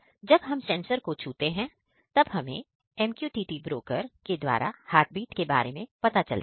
जब हम सेंसर को छूते हैं तब हमें MQTT ब्रोकर के द्वारा हार्टबीट के बारे में पता चलता है